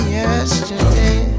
yesterday